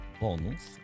bonus